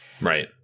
right